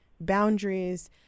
boundaries